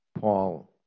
Paul